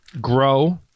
grow